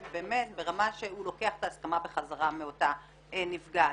ברמה שהוא לוקח את ההסכמה בחזרה מאותה נפגעת,